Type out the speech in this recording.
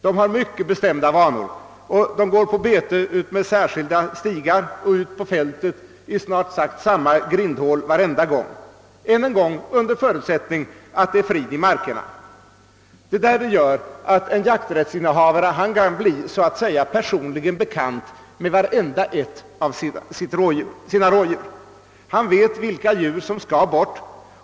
De har mycket bestämda vanor, går på bete utmed särskilda stigar och passerar snart sagt genom samma grindhål varje gång de skall ut på ett fält — jag upprepar, under förutsättning att det råder frid i markerna. Detta gör att en jakträttsinnehavare 'så att säga kan bli personligen bekant med vart och ett av sina rådjur. Han vet vilka djur som skall bort.